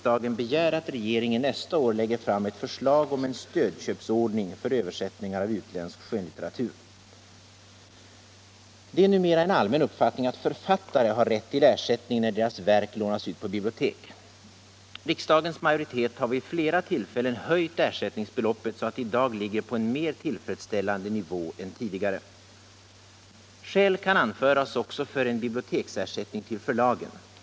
Det är numera en allmän uppfattning att författare har rätt till ersättning när deras verk lånas ut på bibliotek. Riksdagens majoritet har vid flera ullfällen höjt ersättningsbeloppet så att det i dag ligger på en mer tillfredsställande nivå än tidigare. Skäl kan anföras också för en biblioteksersättning till förlagen.